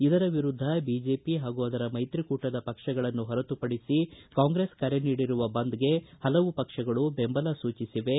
ಇದರ ವಿರುದ್ಧ ಬಿಜೆಪಿ ಹಾಗೂ ಅದರ ಮೈತ್ರಿಕೂಟದ ಪಕ್ಷಗಳನ್ನು ಹೊರತುಪಡಿಸಿ ಕಾಂಗ್ರೆಸ್ ಕರೆ ನೀಡಿರುವ ಬಂದ್ಗೆ ಹಲವು ಪಕ್ಷಗಳು ಬೆಂಬಲ ಸೂಚಿಸಿವೆ